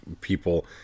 people